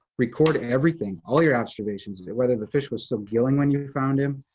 record everything, all your observations, whether the fish was subgilling when you found him,